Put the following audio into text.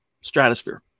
stratosphere